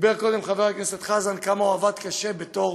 סיפר קודם חבר הכנסת חזן כמה הוא עבד קשה בתור